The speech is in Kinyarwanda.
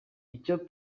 icyo